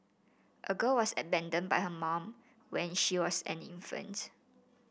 a girl was abandoned by her mom when she was an infant